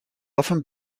often